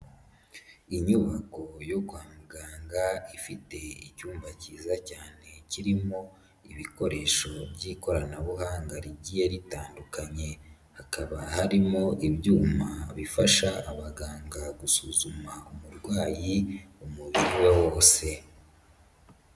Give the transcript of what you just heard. Inyubako yo kwa muganga, ifite icyumba cyiza cyane kirimo ibikoresho by'ikoranabuhanga rigiye ritandukanye. Hakaba harimo ibyuma bifasha abaganga gusuzuma umurwayi, umubiri we wose.